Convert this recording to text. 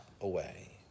away